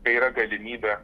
tai yra galimybė